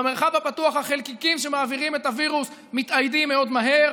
במרחב הפתוח החלקיקים שמעבירים את הווירוס מתאיידים מאוד מהר.